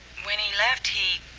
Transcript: when he left he.